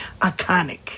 Iconic